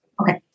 Okay